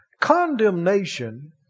Condemnation